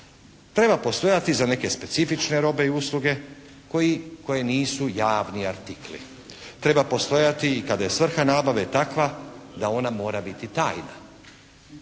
Treba postojati za neke specifične robe i usluge koje nisu javni artikli. Treba postojati i kada je svrha nabave takva da ona mora biti tajna.